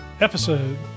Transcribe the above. episode